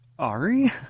Ari